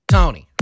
Tony